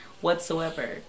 whatsoever